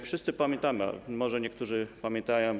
Wszyscy pamiętamy, może niektórzy pamiętają.